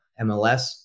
MLS